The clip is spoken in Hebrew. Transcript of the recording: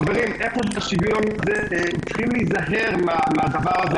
חברים, צריך להיזהר מן הדבר הזה,